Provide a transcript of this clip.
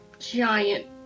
Giant